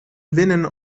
winnen